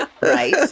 Right